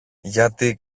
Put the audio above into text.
γιατί